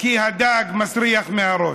כי הדג מסריח מהראש.